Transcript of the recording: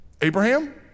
Abraham